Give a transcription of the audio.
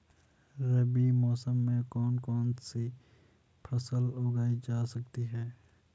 रबी मौसम में कौन कौनसी फसल उगाई जा सकती है?